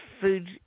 food